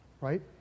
Right